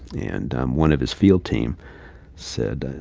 and one of his field team said,